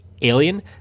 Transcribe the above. Alien